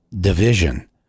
division